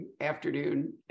afternoon